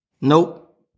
Nope